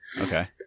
Okay